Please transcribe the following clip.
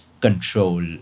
control